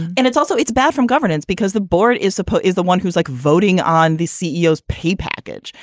and it's also it's bad from governance because the board is suppo is the one who's like voting on the ceo's pay package.